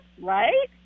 Right